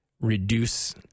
reduce